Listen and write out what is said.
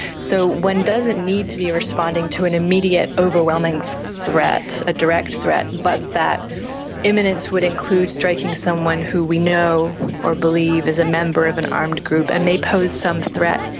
so one doesn't need to be responding to an immediate overwhelming threat, a direct threat, but that imminence would include include striking someone who we know or believe is a member of an armed group, and may pose some threat,